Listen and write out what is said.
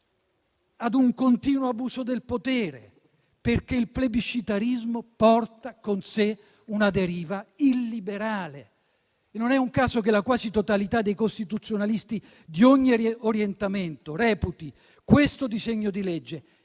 ad un continuo abuso del potere, perché il plebiscitarismo porta con sé una deriva illiberale. Non è un caso che la quasi totalità dei costituzionalisti, di ogni orientamento, reputi questo disegno di legge